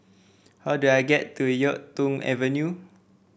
how do I get to YuK Tong Avenue